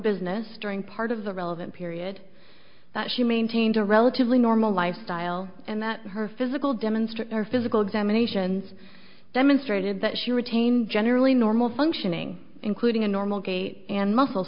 business during part of the relevant period that she maintained a relatively normal lifestyle and that her physical demonstration or physical examinations demonstrated that she retained generally normal functioning including a normal gait and mus